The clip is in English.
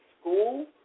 school